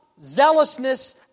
zealousness